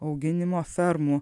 auginimo fermų